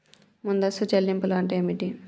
ముందస్తు చెల్లింపులు అంటే ఏమిటి?